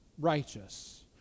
righteous